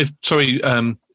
sorry